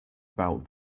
about